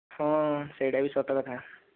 ହଁ ସେଇଟା ବି ସତ କଥା